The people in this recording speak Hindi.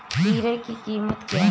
हीरो की कीमत क्या है?